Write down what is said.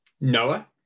noah